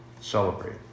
Celebrate